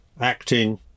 acting